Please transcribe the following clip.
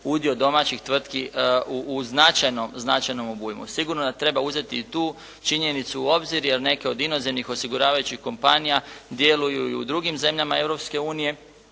udio domaćih tvrtki u značajnom, značajnom obujmu. Sigurno da treba uzeti i tu činjenicu u obzir, jer neke od inozemnih osiguravajućih kompanija djeluju i u drugim zemljama